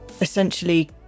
essentially